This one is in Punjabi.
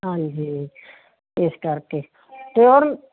ਹਾਂਜੀ ਇਸ ਕਰਕੇ ਅਤੇ ਹੁਣ